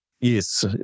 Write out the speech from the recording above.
Yes